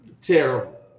Terrible